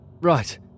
Right